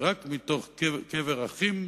רק מתוך קבר אחים